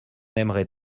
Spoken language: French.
aimerait